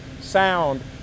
sound